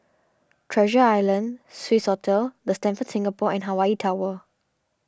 Treasure Island Swissotel the Stamford Singapore and Hawaii Tower